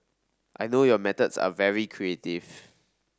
I know your methods are very creative